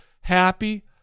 Happy